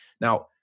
now